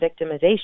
victimization